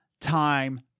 time